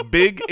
big